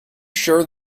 sure